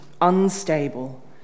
unstable